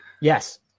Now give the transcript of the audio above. Yes